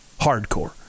hardcore